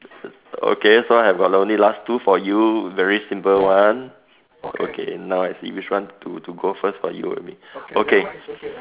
okay so I have got only last two for you very simple one okay now I see which one to to go first for you and me okay